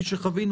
כפי שחווינו,